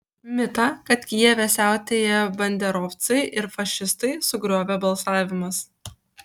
mitą kad kijeve siautėja banderovcai ir fašistai sugriovė balsavimas